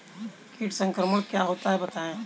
कीट संक्रमण क्या होता है बताएँ?